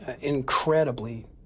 incredibly